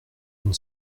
une